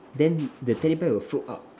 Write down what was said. then the teddy bear will float up